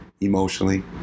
emotionally